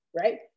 right